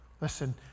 Listen